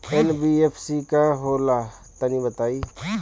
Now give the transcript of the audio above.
NBFC का होला तनि बताई?